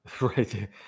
Right